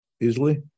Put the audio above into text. easily